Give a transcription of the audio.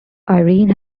irene